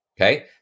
Okay